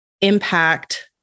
impact